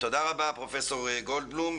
תודה רבה, פרופ' גולדבלום.